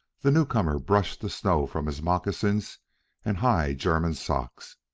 the newcomer brushed the snow from his moccasins and high german socks.